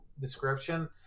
description